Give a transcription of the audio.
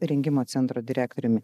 rengimo centro direktoriumi